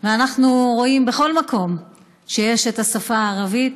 ואנחנו רואים בכל מקום שיש את השפה הערבית,